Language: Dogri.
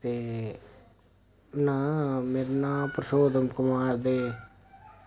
ते नां मेरा नां परशोत्तम कुमार ते